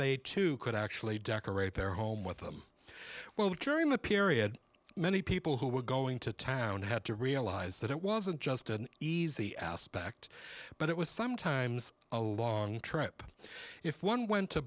they too could actually decorate their home with them well during the period many people who were going to town had to realize that it wasn't just an easy aspect but it was sometimes a long trip if one went to